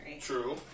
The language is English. True